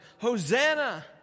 Hosanna